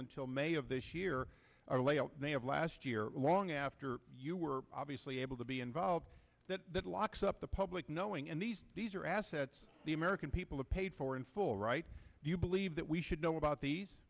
until may of this year or later they have last year long after you were obviously able to be involved that that locks up the public knowing and these these are assets the american people have paid for in full right do you believe that we should know about these